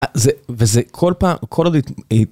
וזה, וזה כל פעם, קוראים לי...